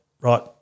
right